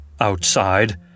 Outside